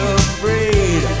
afraid